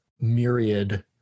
myriad